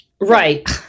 Right